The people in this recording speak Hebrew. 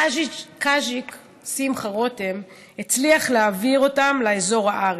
קאז'יק, שמחה רותם, הצליח להעביר אותם לאזור הארי.